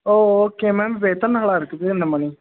ஓ okay ma'am இப்போ எத்தனை நாளாக இருக்குது இந்தமாதிரி